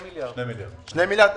2 מיליארד שקל.